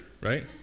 Right